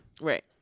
right